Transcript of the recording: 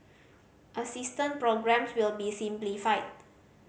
assistance programmes will be simplified